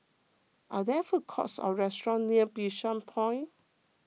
are there food courts or restaurants near Bishan Point